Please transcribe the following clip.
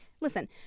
listen